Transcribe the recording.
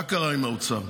מה קרה עם האוצר?